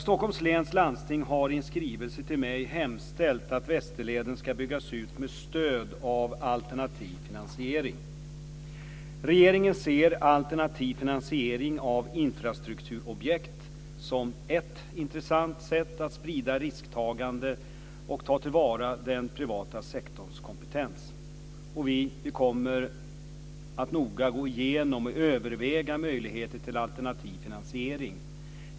Stockholms läns landsting har i en skrivelse till mig hemställt att Västerleden skall byggas ut med stöd av alternativ finansiering. Regeringen ser alternativ finansiering av infrastrukturobjekt som ett intressant sätt att sprida risktagande och ta till vara den privata sektorns kompetens. Vi kommer att noga gå igenom och överväga möjligheter till alternativ finansiering.